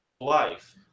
Life